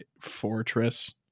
Fortress